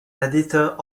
editor